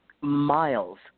miles